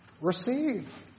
receive